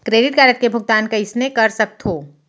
Credit card के भुगतान कइसने कर सकथो?